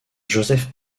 joseph